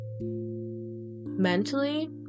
mentally